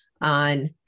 on